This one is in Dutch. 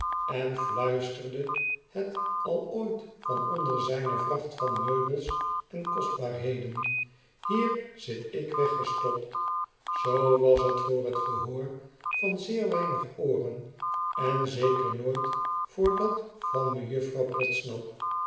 en fluisterde het al ooit van onder zijne vracht van meubels en kostbaarheden ihier zit ik weggestopt zoo was het voor het gehoor van zeer weinig ooren en zeker nooit voor dat van mejuffrouw podsnap